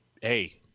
hey